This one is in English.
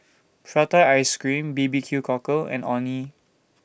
Prata Ice Cream B B Q Cockle and Orh Nee